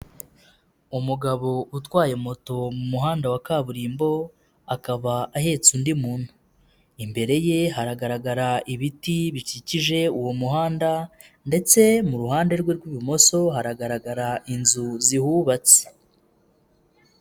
Umugabo utwaye moto mu muhanda wa kaburimbo akaba ahetse undi muntu, imbere ye hagaragara ibiti bikikije uwo muhanda ndetse mu ruhande rwe rw'ibumoso hagaragara inzu zihubatse.